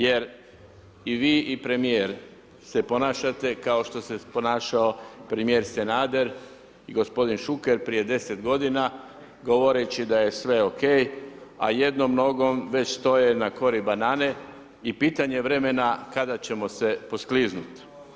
Jer i vi i premijer se ponašate kao što se ponašao premijer Sanader i gospodin Šuker prije 10 godina govoreći da je sve ok a jednom nogom već stoje na kori banane i pitanje je vremena kada ćemo se poskliznuti.